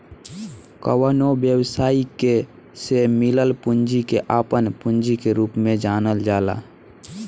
कवनो व्यवसायी के से मिलल पूंजी के आपन पूंजी के रूप में जानल जाला